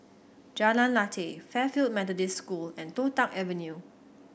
Jalan Lateh Fairfield Methodist School and Toh Tuck Avenue